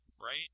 right